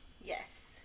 Yes